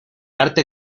arte